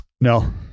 No